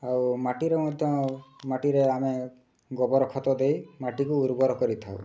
ଆଉ ମାଟିରେ ମଧ୍ୟ ମାଟିରେ ଆମେ ଗୋବର ଖତ ଦେଇ ମାଟିକୁ ଉର୍ବର କରିଥାଉ